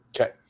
Okay